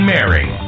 Mary